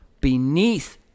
beneath